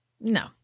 No